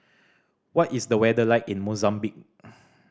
what is the weather like in Mozambique